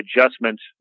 adjustments